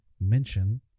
Mention